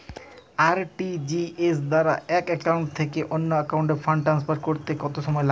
RTGS দ্বারা এক account থেকে অন্য একাউন্টে ফান্ড ট্রান্সফার করতে কত সময় লাগে?